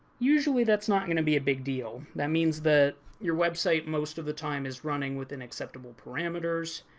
usually that's not going to be a big deal. that means that your website most of the time is running within acceptable parameters.